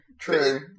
True